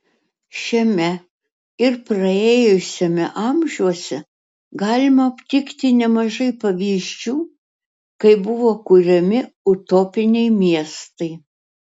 šiame ir praėjusiame amžiuose galima aptikti nemažai pavyzdžių kai buvo kuriami utopiniai miestai